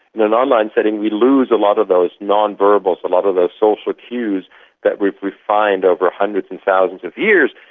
in an online setting we lose a lot of those non-verbals, a lot of those social cues that we've refined over hundreds of and thousands of years,